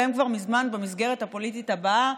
והם כבר מזמן במסגרת הפוליטית הבאה,